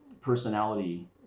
personality